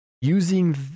using